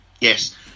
yes